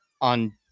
On